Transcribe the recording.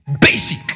basic